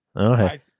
Okay